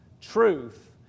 truth